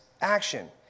action